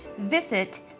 Visit